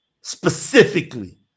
specifically